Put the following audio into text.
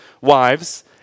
wives